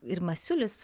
ir masiulis